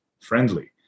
friendly